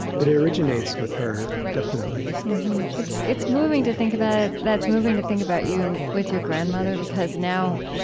but it originates with her, definitely it's it's moving to think about it. that's moving to think about you with your grandmother, because now,